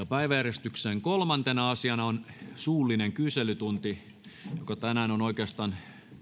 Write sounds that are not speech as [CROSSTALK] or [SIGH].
[UNINTELLIGIBLE] päiväjärjestyksen kolmantena asiana on suullinen kyselytunti joka tänään on oikeastaan